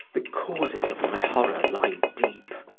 the causes of my horror lie deep,